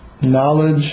knowledge